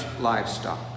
livestock